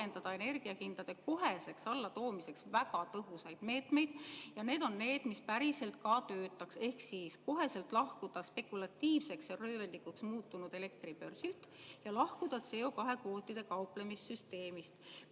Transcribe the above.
energiahindade koheseks allatoomiseks väga tõhusaid meetmeid. Need on meetmed, mis päriselt ka töötaks. Ehk siis: otsekohe lahkuda spekulatiivseks ja röövellikuks muutunud elektribörsilt ning ka CO2kvootide kauplemissüsteemist.